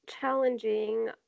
challenging